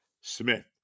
Smith